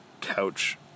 couch